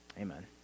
Amen